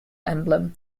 emblem